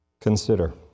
Consider